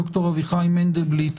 ד"ר אביחי מנדלבליט,